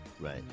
right